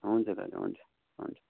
हुन्छ दाजु हुन्छ हुन्छ